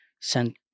sent